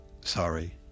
sorry